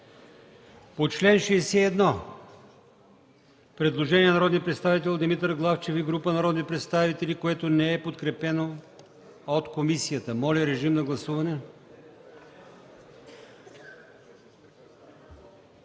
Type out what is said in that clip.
По чл. 62 – предложение на народния представител Димитър Главчев и група народни представители, което не е подкрепено от комисията. Моля, режим на гласуване.